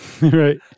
Right